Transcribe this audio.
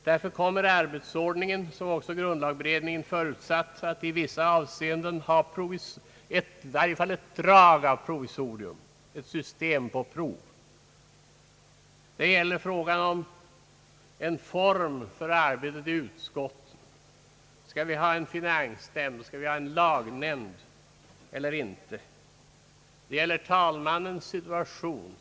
Därför kommer arbetsordningen — som också grundlagberedningen förutsatt — att i vissa avseenden ha i varje fall ett drag av provisorium, att vara ett system på prov. Det gäller att finna en form för arbetet i utskotten. Skall vi ha en finansnämnd? Skall vi ha en lagnämnd eller inte? Det gäller talmannens situation.